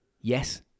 Yes